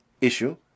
issue